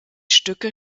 stücke